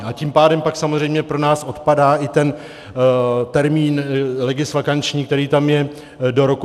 A tím pádem pak samozřejmě pro nás odpadá i ten termín legisvakanční, který tam je, do roku 2021.